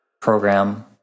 program